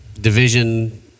division